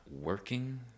working